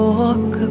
walk